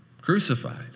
Crucified